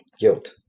Guilt